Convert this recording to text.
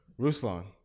Ruslan